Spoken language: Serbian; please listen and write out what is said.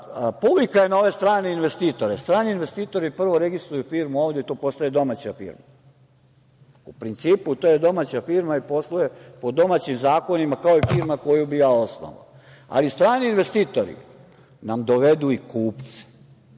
Povika je na ove strane investitore. Strani investitori prvo registruju firmu ovde i to postaje domaća firma. U principu, to je domaća firma i posluje po domaćim zakonima i to je firma koju bi ja osnovao, a strani investitori nam dovedu i kupce.